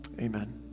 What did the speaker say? Amen